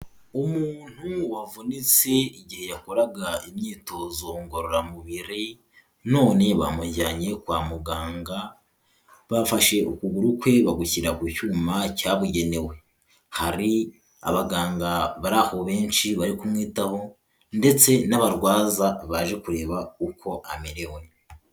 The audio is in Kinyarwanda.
Umuntu wavunitse igihe yakoraga imyitozo ngororamubiri none bamujyanye kwa muganga, bafashe ukuguru kwe bagushyira ku cyuma cyabugenewe, hari abaganga bari aho benshi bari kumwitaho ndetse n'abarwaza baje kureba uko amerewe.